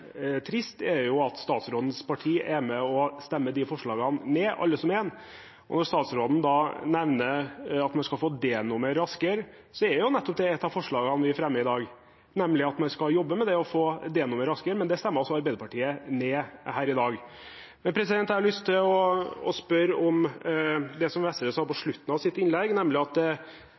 trist, er at statsrådens parti er med på å stemme de forslagene ned – alle som en. Når statsråden nevner at man skal få D-nummer raskere, er det nettopp et av de forslagene vi fremmer, at vi skal jobbe med det å få D-nummer raskere, men det stemmer altså Arbeiderpartiet ned her i dag. Jeg har lyst til å spørre om det Vestre sa på slutten av sitt innlegg, nemlig at